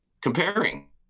comparing